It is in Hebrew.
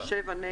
שבעה.